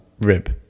rib